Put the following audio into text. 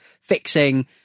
fixing